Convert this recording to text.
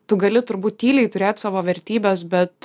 tu gali turbūt tyliai turėt savo vertybes bet